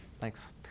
thanks